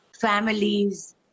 families